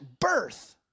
birth